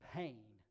pain